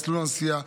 מסלול הנסיעה,